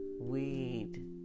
weed